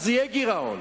אז יהיה גירעון,